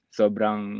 sobrang